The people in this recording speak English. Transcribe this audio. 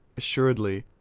assuredly,